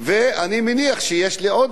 יש לי עוד הצעת חוק,